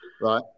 Right